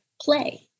play